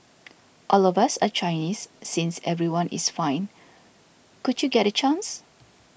all of us are Chinese since everyone is fine could you get a chance